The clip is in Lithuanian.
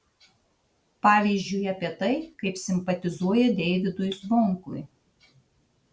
pavyzdžiui apie tai kaip simpatizuoja deivydui zvonkui